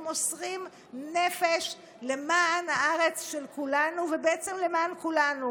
הם מוסרים נפש למען הארץ של כולנו ובעצם למען כולנו.